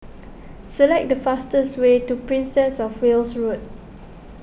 select the fastest way to Princess of Wales Road